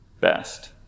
best